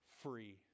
Free